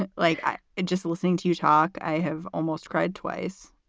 and like i just listening to you talk, i have almost cried twice.